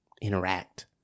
Interact